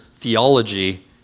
theology